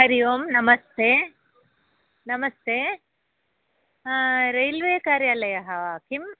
हरिः ओं नमस्ते नमस्ते रैल्वे कार्यालयः वा किम्